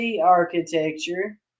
architecture